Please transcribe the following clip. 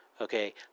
Okay